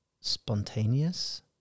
spontaneous